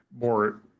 more